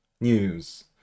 news